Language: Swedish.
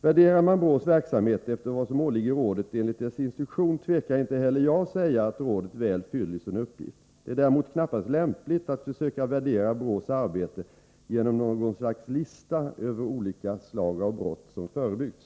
Värderar man BRÅ:s verksamhet efter vad som åligger rådet enligt dess instruktion, tvekar inte heller jag att säga att rådet väl fyller sin uppgift. Det är däremot knappast lämpligt att försöka värdera BRÅ:s arbete genom något slags lista över olika slag av brott som förebyggs.